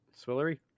Swillery